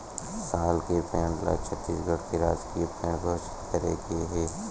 साल के पेड़ ल छत्तीसगढ़ के राजकीय पेड़ घोसित करे गे हे